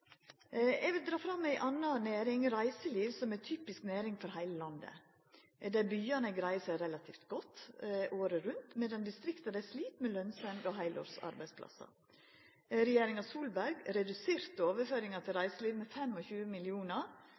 Eg vil dra fram ei anna næring, reiseliv, som er ei typisk næring for heile landet, der byane greier seg relativt godt året rundt, medan distrikta slit med lønnsemd og heilårs arbeidsplassar. Regjeringa Solberg reduserte overføringa til reiselivet med